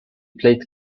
played